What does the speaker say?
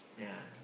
yeah